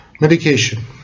Medication